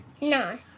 No